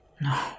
No